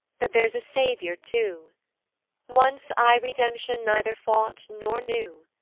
that there's a saviour too once i redemption neither sought nor knew,